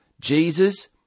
Jesus